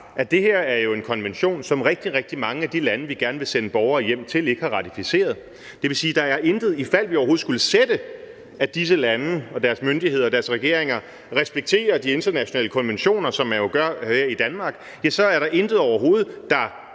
at det her er en konvention, som rigtig, rigtig mange af de lande, vi gerne vil sende borgere hjem til, ikke har ratificeret, og det vil sige, at der er intet overhovedet – ifald vi forudsætter, at disse lande og deres myndigheder og deres regeringer respekterer de internationale konventioner, som man jo gør her i Danmark – der forhindrer dem